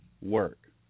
work